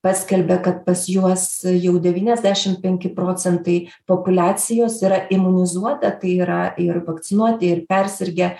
paskelbė kad pas juos jau devyniasdešim penki procentai populiacijos yra imunizuota tai yra ir vakcinuoti ir persirgę